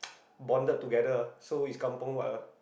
bonded together ah so it's kampung what ah